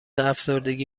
افسردگی